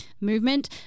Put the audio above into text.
movement